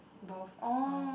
both uh